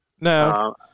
No